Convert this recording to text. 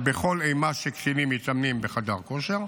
כל אימת שקטינים מתאמנים בחדר כושר,